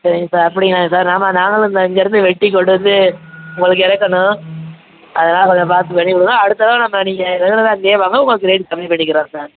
சரிங்க சார் அப்படிங்களாங்க சார் ஆமாம் நாங்களும் இந்த அஞ்சு இடத்துல வெட்டிக் கொண்டு வந்து உங்களுக்கு இறக்கணும் அதனால் கொஞ்சம் பார்த்து பண்ணிக் கொடுங்க அடுத்த தடவை நம்ம நீங்கள் ரெகுலராக இங்கேயே வாங்க உங்களுக்கு ரேட் கம்மி பண்ணிக்கிறோம் சார்